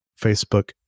Facebook